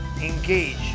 engage